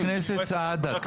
חבר הכנסת סעדה,